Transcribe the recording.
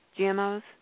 GMOs